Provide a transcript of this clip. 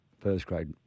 first-grade